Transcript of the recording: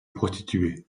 prostituée